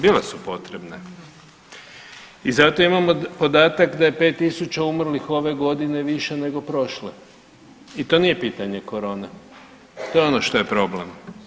Bile su potrebne i zato imamo podatak da je 5 tisuća umrlih ove godine više nego prošle i to nije pitanje korona to je ono što je problem.